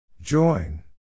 Join